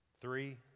Three